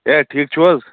ہے ٹھیٖک چھُو حظ